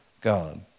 God